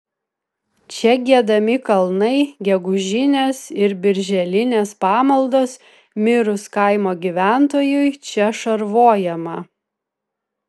čia giedami kalnai gegužinės ir birželinės pamaldos mirus kaimo gyventojui čia šarvojama